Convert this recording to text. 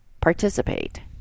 participate